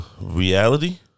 reality